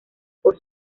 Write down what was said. por